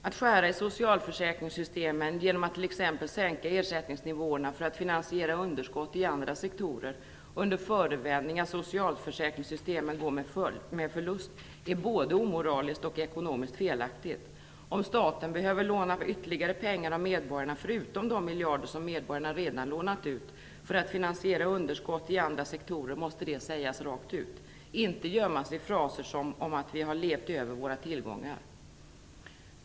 Att skära i socialförsäkringssystemen genom att t.ex. sänka ersättningsnivåerna för att finansiera underskott i andra sektorer under förevändning att socialförsäkringssystemen går med förlust är både omoraliskt och ekonomiskt felaktigt. Om staten behöver låna ytterligare pengar av medborgarna, förutom de miljarder som medborgarna redan har lånat ut för att finansiera underskott i andra sektorer, måste det sägas rakt ut. Det får inte gömmas i fraser om att vi har levt över våra tillgångar.